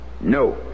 No